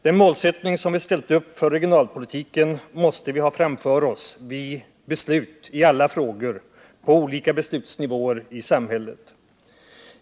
Den målsättning som vi har ställt upp för regionalpolitiken måste vi ha framför oss vid beslut i alla frågor på olika beslutsnivåer i samhället.